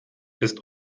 ist